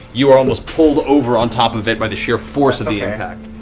you are almost pulled over on top of it by the sheer force of the impact.